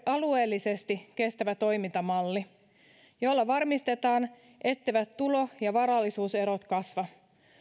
alueellisesti kestävä toimintamalli jolla varmistetaan etteivät tulo ja varallisuuserot kasva